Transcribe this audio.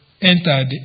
entered